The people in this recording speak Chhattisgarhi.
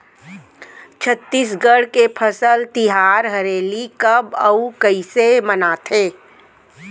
छत्तीसगढ़ के फसल तिहार हरेली कब अउ कइसे मनाथे?